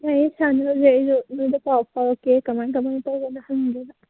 ꯂꯩꯌꯦ ꯁꯥꯟꯅꯔꯤꯖꯦ ꯑꯩꯁꯨ ꯅꯉꯣꯟꯗ ꯄꯥꯎ ꯐꯥꯎꯔꯛꯀꯦ ꯀꯃꯥꯏ ꯀꯃꯥꯏꯅ ꯇꯧꯕꯅꯣ ꯍꯪꯒꯦꯕ